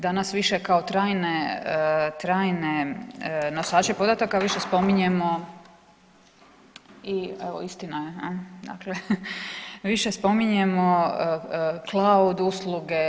Danas više kao trajne nosače podataka više spominjemo i evo istina je dakle više spominjemo cloud usluge.